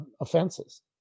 offenses